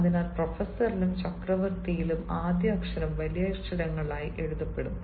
അതിനാൽ പ്രൊഫസറിലും ചക്രവർത്തിയിലും ആദ്യ അക്ഷരം വലിയക്ഷരങ്ങളിൽ എഴുതപ്പെടും